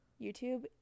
youtube